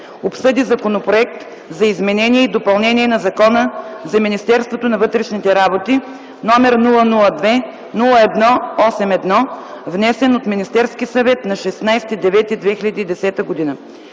обсъди Законопроект за изменение и допълнение на Закона за Министерството на вътрешните работи, № 002-01-81, внесен от Министерския съвет на 16 септември